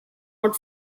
not